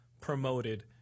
promoted